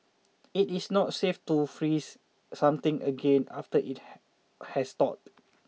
it is not safe to freeze something again after it has has thawed